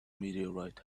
meteorite